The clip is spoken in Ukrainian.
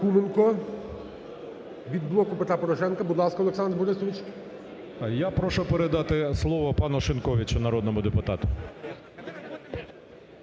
Я прошу передати слово пану Шиньковичу народному депутату.